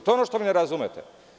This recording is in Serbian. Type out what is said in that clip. To je ono što vi ne razumete.